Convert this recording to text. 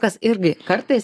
kas irgi kartais